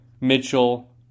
Mitchell